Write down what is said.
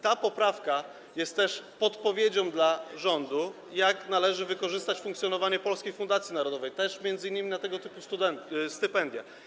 Ta poprawka jest też podpowiedzią dla rządu, jak należy wykorzystać funkcjonowanie Polskiej Fundacji Narodowej, też m.in. na udzielanie tego typu stypendiów.